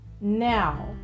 Now